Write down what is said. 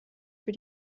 für